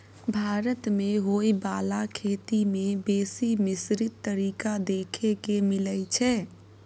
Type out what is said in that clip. भारत मे होइ बाला खेती में बेसी मिश्रित तरीका देखे के मिलइ छै